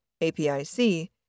APIC